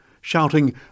shouting